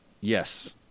Yes